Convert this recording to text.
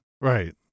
Right